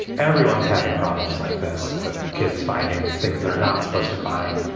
everyone's having problems like this with kids finding things that are not supposed to find.